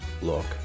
Look